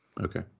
Okay